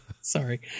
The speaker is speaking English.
Sorry